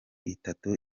itatu